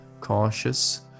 cautious